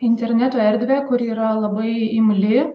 interneto erdvę kuri yra labai imli